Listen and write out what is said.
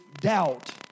doubt